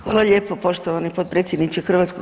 Hvala lijepo poštovani potpredsjedniče HS.